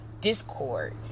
discord